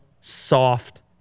soft